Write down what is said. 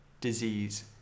disease